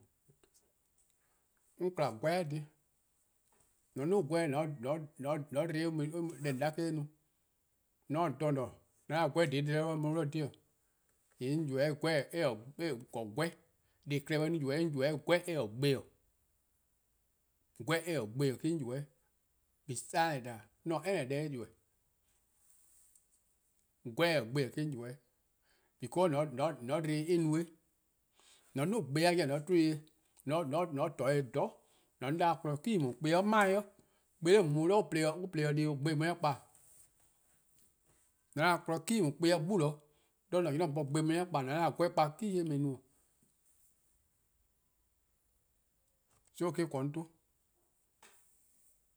'On :kma 'gweh-a dhih, :mor :on 'duo: 'gweh :mo :on dba-eh deh :on 'da eh-eh no. :moe :on se 'o dha :ne, :mor :on 'da 'gweh :dhe :daa dih 'o eh mu 'o dih :dhe. :yee' 'on ybeh-eh gweh, deh-a klehkpeh 'on ybeh-a 'on ybeh-' 'gweh-: 'dekorn: gbe-:. 'Gweh-a 'dekorn: gbe-: me-: 'on ybeh. Beside that, 'on se any deh-' ybeh. 'Gweh-: 'dekorn: gbe-: me-: 'on ybeh because :mor dbo-ih :yee' en no-eh. :mor :on 'duo: gbe 'de on ye-eh train, :mor :on torne-dih-eh :dhororn' :mor :on 'de kpon key :daa dih kpa-ih 'de 'mae 'i kpa-ih 'de nae' an plo-dih-a deh+ 'o, gbe-a mu 'de :kpa. :mor 'da kpon key :daa dih kpa-ih 'de 'an-a' 'nynor bo 'o gbe-a mu-ih 'de :kpa. :mor 'da 'gweh kpe key 'o eh mu-eh no. So eh-: :korn 'on 'torn.